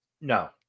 No